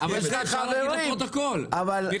אבל צריך להגיד את זה לפרוטוקול, מיכאל.